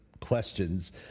questions